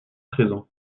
présent